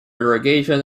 irrigation